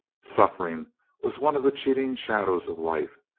suffering was one of the cheating shadows of life,